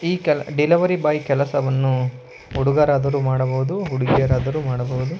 ಈ ಕೆಲ delivery boy ಕೆಲಸವನ್ನು ಹುಡುಗರಾದರು ಮಾಡಬಹುದು ಹುಡುಗಿಯರಾದರು ಮಾಡಬಹುದು